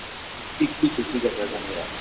ठीक ठीक है ठीक है सर धन्यवाद